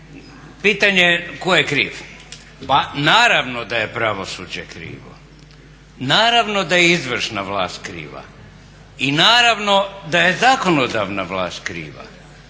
Pitanje koje je kriv? Pa naravno da je pravosuđe krivo, naravno da je izvršna vlast kriva i naravno da je zakonodavna vlast kriva,